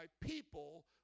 people